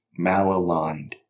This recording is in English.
malaligned